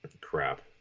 crap